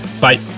Bye